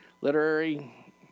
literary